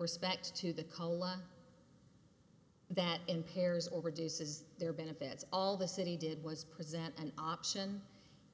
respect to the cola that impairs or reduces their benefits all the city did was present an option